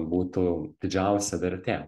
būtų didžiausia vertė